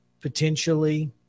potentially